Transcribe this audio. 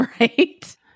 Right